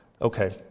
Okay